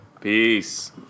Peace